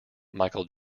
michael